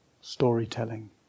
storytelling